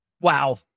Wow